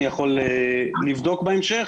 אני יכול לבדוק בהמשך.